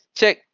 check